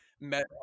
met